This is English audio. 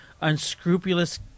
unscrupulous